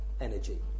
energy